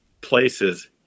places